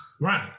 Right